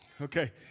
okay